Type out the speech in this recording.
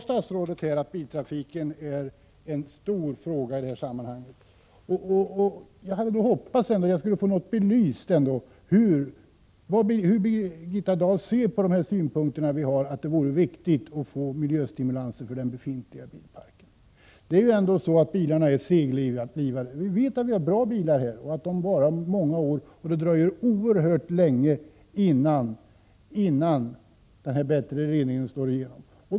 Statsrådet sade att biltrafiken är en stor fråga i det här sammanhanget. Jag hade väl hoppats att ändå få något belyst hur Birgitta Dahl ser på våra synpunkter om miljöstimulanser för den befintliga bilparken. Det är ändå så att bilarna är seglivade. Vi vet att vi har bra bilar som varar många år och att det dröjer oerhört länge innan den bättre reningen slår igenom.